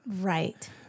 right